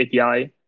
API